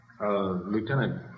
Lieutenant